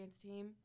team